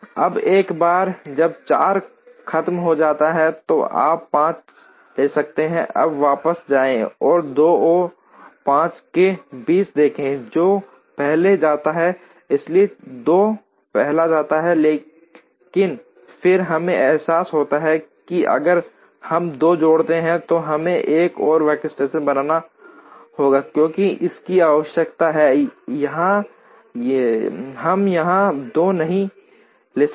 अब एक बार जब 4 खत्म हो जाता है तो आप 5 ले सकते हैं अब वापस जाएं और 2 और 5 के बीच देखें जो पहले जाता है इसलिए 2 पहले जाता है लेकिन फिर हमें एहसास होता है कि अगर हम 2 जोड़ते हैं तो हमें एक और वर्कस्टेशन बनाना होगा क्योंकि इसकी आवश्यकता है या हम यहां 2 नहीं ले सकते